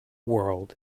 world